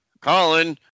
Colin